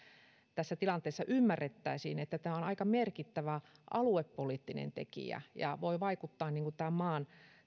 tässä tilanteessa ymmärrettäisiin että tämä on aika merkittävä aluepoliittinen tekijä ja voi vaikuttaa tämän maan